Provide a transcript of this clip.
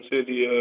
City